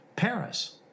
Paris